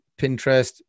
Pinterest